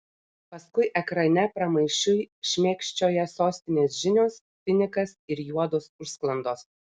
paskui ekrane pramaišiui šmėkščioja sostinės žinios finikas ir juodos užsklandos